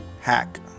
hack